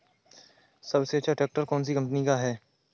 सबसे अच्छा ट्रैक्टर कौन सी कम्पनी का है?